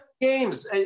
games